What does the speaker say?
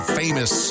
famous